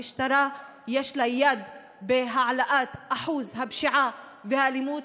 למשטרה יש יד בהעלאת אחוז הפשיעה והאלימות